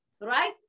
right